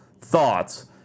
thoughts